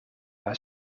haar